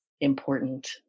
important